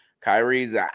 Kyrie's